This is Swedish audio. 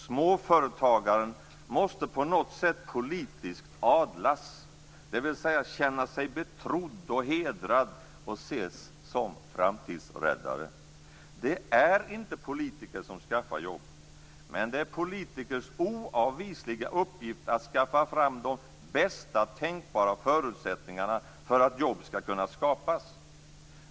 Småföretagaren måste på något sätt politiskt adlas, dvs. känna sig betrodd och hedrad och ses som framtidsräddare. Det är inte politiker som skaffar jobb, med det är politikers oavvisliga uppgift att skaffa fram de bästa tänkbara förutsättningar för att jobb skall kunna skapas.